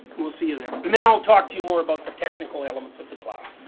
will see you then. and then i will talk to you more about the technical elements of the class.